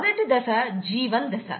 మొదటి దశన G1 దశ